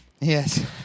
Yes